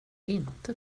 inte